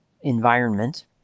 environment